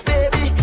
Baby